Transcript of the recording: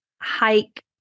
hike